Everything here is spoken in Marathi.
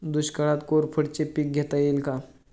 दुष्काळात कोरफडचे पीक घेता येईल का?